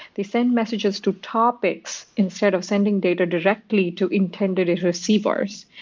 they send messages to topics instead of sending data directly to intended receivers.